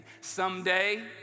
Someday